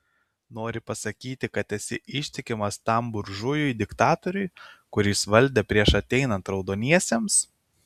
nori pasakyti kad esi ištikimas tam buržujui diktatoriui kuris valdė prieš ateinant raudoniesiems